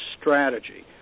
strategy